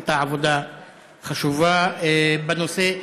עשית עבודה חשובה בנושא,